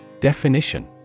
Definition